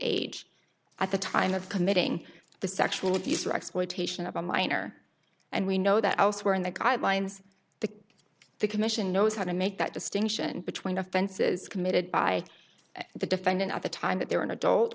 age at the time of committing the sexual abuse or exploitation of a minor and we know that elsewhere in the guidelines the commission knows how to make that distinction between offenses committed by the defendant at the time that they're an adult